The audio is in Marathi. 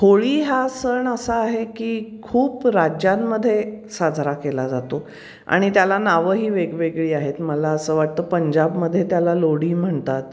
होळी हा सण असा आहे की खूप राज्यांमध्ये साजरा केला जातो आणि त्याला नावंही वेगवेगळी आहेत मला असं वाटतं पंजाबमध्ये त्याला लोडी म्हणतात